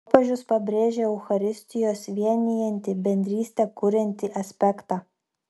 popiežius pabrėžia eucharistijos vienijantį bendrystę kuriantį aspektą